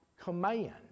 command